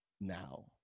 now